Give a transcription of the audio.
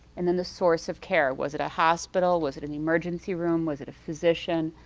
and then the source of care was it a hospital? was it an emergency room? was it a physician?